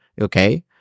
okay